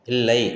இல்லை